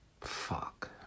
Fuck